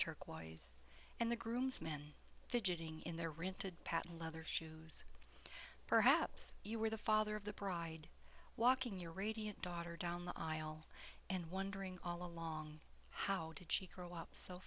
turquoise and the groomsmen fidgeting in their rented patent leather shoes perhaps you were the father of the pride walking your radiant daughter down the aisle and wondering all along how did she curl up so